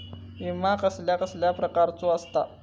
विमा कसल्या कसल्या प्रकारचो असता?